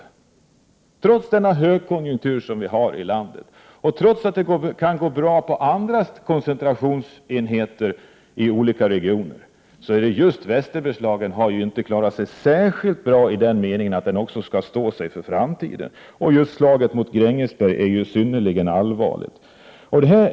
Detta har skett trots högkonjunkturen i Sverige och trots att det kan gå bra inom andra koncentrationsenheter i olika regioner. Västerbergslagen har inte klarat sig särskilt bra i den meningen att den också skall stå sig i framtiden. Slaget mot Grängesberg är synnerligen allvarligt.